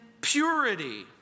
purity